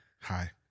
Hi